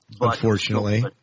Unfortunately